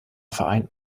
vereint